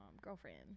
Girlfriend